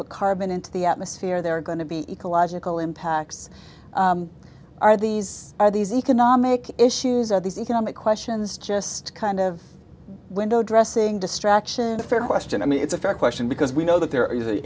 to carbon into the atmosphere there are going to be ecological impacts are these are these economic issues are these economic questions just kind of window dressing distraction the fair question i mean it's a fair question because we know that there is a